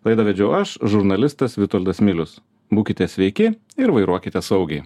laidą vedžiau aš žurnalistas vitoldas milius būkite sveiki ir vairuokite saugiai